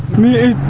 me